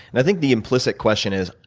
i think the implicit question is,